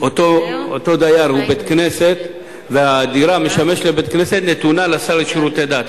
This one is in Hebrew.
דירה אכן משמשת בית-כנסת, נתונה לשר לשירותי דת.